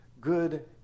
good